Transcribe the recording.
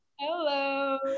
Hello